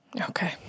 Okay